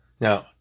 Now